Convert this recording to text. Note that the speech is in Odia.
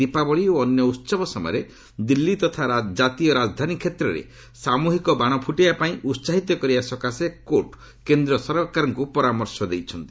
ଦୀପାବଳି ଓ ଅନ୍ୟ ଉହବ ସମୟରେ ଦିଲ୍ଲୀ ତଥା ଜାତୀୟ ରାଜଧାନୀ କ୍ଷେତ୍ରରେ ସାମ୍ବହିକ ବାଣ ଫୁଟାଇବା ପାଇଁ ଉସାହିତ କରିବା ସକାଶେ କୋର୍ଟ କେନ୍ଦ୍ର ସରକାରଙ୍କୁ ପରାମର୍ଶ ଦେଇଛନ୍ତି